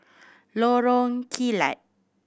Lorong Kilat